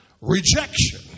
Rejection